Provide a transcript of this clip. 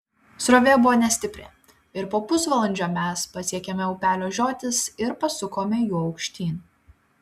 srovė buvo nestipri ir po pusvalandžio mes pasiekėme upelio žiotis ir pasukome juo aukštyn